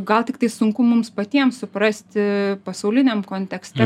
gal tiktai sunku mums patiems suprasti pasauliniam kontekste